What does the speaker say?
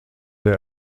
der